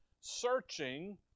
searching